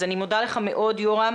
אני מודה לך מאוד, יורם.